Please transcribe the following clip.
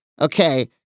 Okay